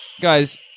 guys